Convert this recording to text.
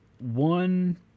One